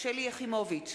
שלי יחימוביץ,